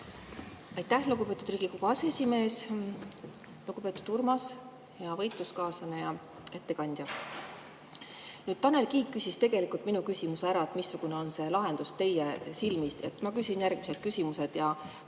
Aitäh, lugupeetud Riigikogu aseesimees! Lugupeetud Urmas, hea võitluskaaslane ja ettekandja! Tanel Kiik küsis tegelikult minu küsimuse ära, missugune on see lahendus teie silmis. Ma küsin järgmised küsimused.